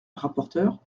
rapporteur